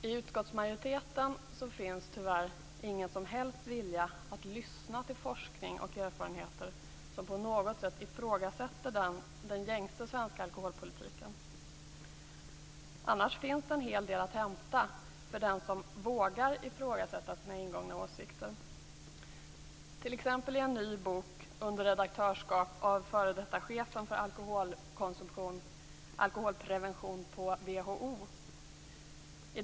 I utskottsmajoriteten finns tyvärr ingen som helst vilja att lyssna till forskning och erfarenheter som på något sätt ifrågasätter den gängse svenska alkoholpolitiken. Annars finns det en hel del att hämta för den som vågar ifrågasätta sina ingångna åsikter, som t.ex. i en ny bok under redaktörskap av f.d. chefen för alkoholprevention på WHO.